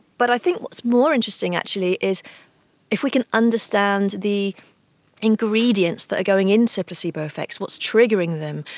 but i think what's more interesting actually is if we can understand the ingredients that are going into placebo effects, what's triggering them,